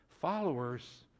Followers